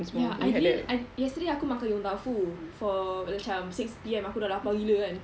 ya I didn't I yesterday aku makan yong tau foo for macam six P_M aku dah lapar gila kan